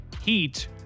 Heat